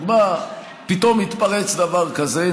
פתאום התפרץ דבר כזה.